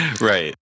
Right